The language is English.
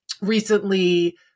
recently